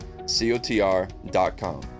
cotr.com